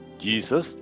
Jesus